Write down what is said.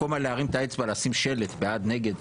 במקום להרים אצבע לשים שלט בעד/נגד.